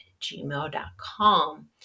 gmail.com